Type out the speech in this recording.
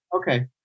Okay